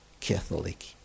Catholic